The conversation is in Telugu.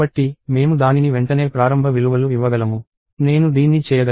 కాబట్టి మేము దానిని వెంటనే ప్రారంభ విలువలు ఇవ్వగలము నేను దీన్ని చేయగలను